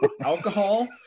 alcohol